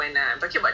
we can